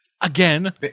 Again